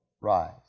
rise